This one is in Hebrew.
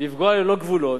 לפגוע ללא גבולות.